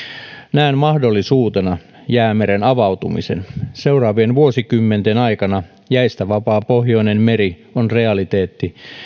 näen mahdollisuutena jäämeren avautumisen seuraavien vuosikymmenten aikana jäistä vapaa pohjoinen meri on realiteetti